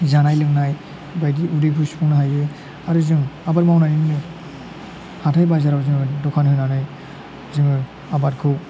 जानाय लोंनाय बायदि उदैखौ सुफुंनो हायो आरो जों आबाद मावनानैनो हाथाइ बाजाराव जोङो द'खान होनानै जोङो आबादखौ